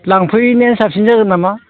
लांफैनाया साबसिन जागोन नामा